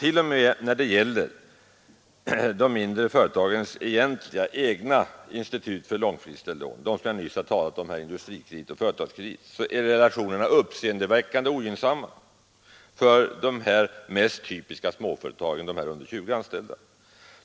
T.o.m. när det gäller de mindre företagens egna institut för långfristiga lån, som jag nyss talat om, Industrikredit och Företagskredit, är relationerna uppseendeväckande ogynnsamma för de mest typiska småföretagen, de med mindre än 20 anställda.